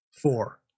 Four